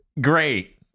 Great